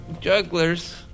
jugglers